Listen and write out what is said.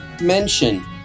mention